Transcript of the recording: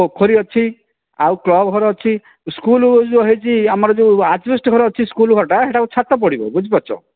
ପୋଖରୀ ଅଛି ଆଉ କ୍ଲବ ଘର ଅଛି ସ୍କୁଲ ଯେଉଁ ହେଇଛି ଆମର ଯେଉଁ ଆଜବେଷ୍ଟ ଘର ଅଛି ସ୍କୁଲ ଘରଟା ସେଟାକୁ ଛାତ ପଡ଼ିବ ବୁଝିପାରୁଛ